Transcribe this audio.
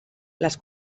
les